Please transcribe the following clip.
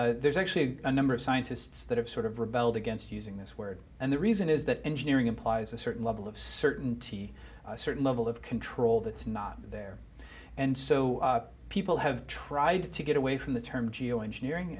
and there's actually a number of scientists that have sort of rebelled against using this word and the reason is that engineering implies a certain level of certainty a certain level of control that's not there and so people have tried to get away from the term geo engineering